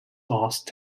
lost